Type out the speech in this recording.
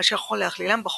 אשר יכול להכלילם בחוק.